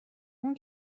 اون